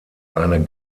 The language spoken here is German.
eine